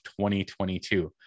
2022